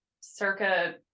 circa